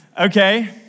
Okay